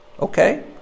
Okay